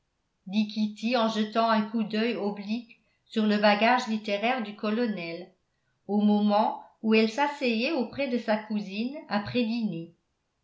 en jetant un coup d'œil oblique sur le bagage littéraire du colonel au moment où elle s'asseyait auprès de sa cousine après